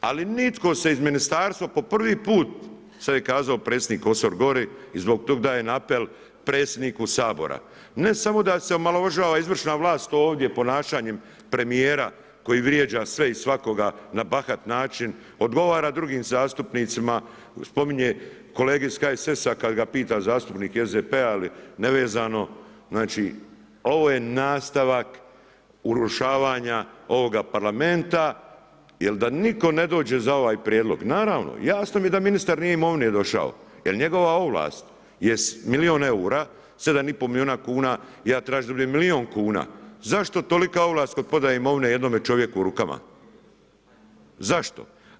Ali nitko se iz ministarstva po prvi put, sad je kazao predsjednik Kosor gori i zbog tog dajem apel predsjedniku Sabora, ne samo da se omalovažava izvršna vlast ovdje ponašanjem premijera koji vrijeđa sve i svakoga na bahat način, odgovara drugim zastupnicima, spominje kolege iz HSS-a kad ga pita zastupnik SDP-a, ali nevezano, znači ovo je nastavak urušavanja ovoga parlamenta jer da nitko ne dođe za ovaj prijedlog, naravno, jasno mi je da ministar imovine nije došao jer njegova ovlast jest milijun eura, 7 i pol milijuna kuna ja tražim da bude milijun kuna, zašto tolika ovlast kod prodaje imovine jednoga čovjeka u rukama, zašto?